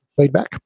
feedback